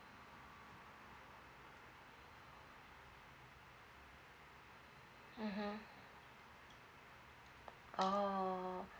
mmhmm oh